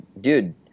dude